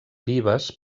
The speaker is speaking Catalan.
vives